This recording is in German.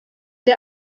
der